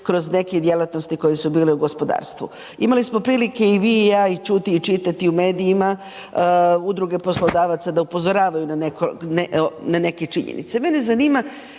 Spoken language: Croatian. kroz neke djelatnosti koje su bile u gospodarstvu. Imali smo prilike i vi i ja i čuti i čitati u medijima udruge poslodavaca da upozoravaju na neke činjenice.